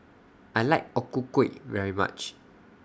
I like O Ku Kueh very much